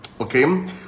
Okay